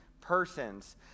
persons